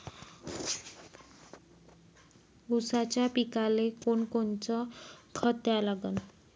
ऊसाच्या पिकाले कोनकोनचं खत द्या लागन?